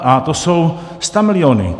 A to jsou stamiliony.